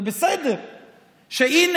זה בסדר שהינה,